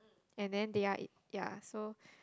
and then they are eat ya so